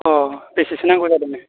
अ बेसेसो नांगौ जादोंमोन